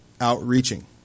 outreaching